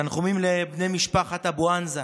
תנחומים לבני משפחת אבו ענזה.